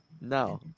No